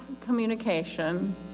communication